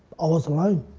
i was alone.